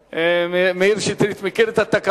מתנגד.